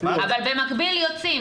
אבל במקביל יוצאים.